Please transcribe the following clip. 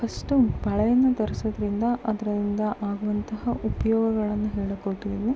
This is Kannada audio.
ಫಸ್ಟು ಬಳೆಯನ್ನು ಧರಿಸೋದರಿಂದ ಅದರಿಂದ ಆಗುವಂತಹ ಉಪಯೋಗಗಳನ್ನು ಹೇಳೋಕೆ ಹೊರ್ಟಿದ್ದೀನಿ